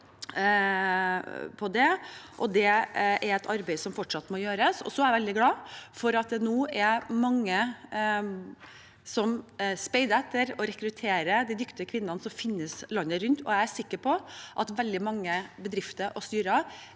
det er et arbeid som fortsatt må gjøres. Så er jeg veldig glad for at det nå er mange som speider etter å rekruttere de dyktige kvinnene som finnes landet rundt, og jeg er sikker på at veldig mange bedrifter og styrer